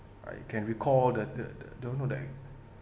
I can recall the the the don't know that